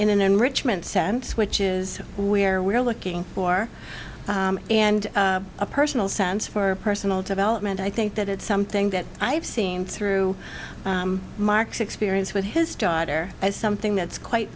in an enrichment sense which is where we're looking for and a personal sense for personal development i think that it's something that i've seen through mark's experience with his daughter as something that's quite